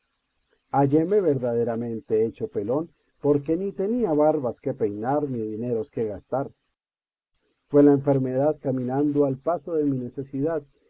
pelarela halléme verdaderamente hecho pelón porque ni tenía barbas que peinar ni dineros que gastar fue la enfermedad caminando al paso de mi necesidad